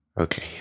Okay